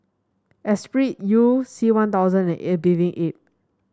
Esprit You C One Thousand and A Bathing Ape